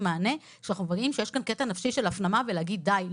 מענה כשאנחנו מבינים שיש כאן קטע נפשי של הפנמה ולהגיד די,